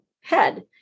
head